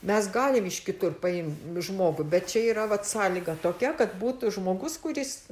mes galim iš kitur paimt žmogų bet čia yra vat sąlyga tokia kad būtų žmogus kuris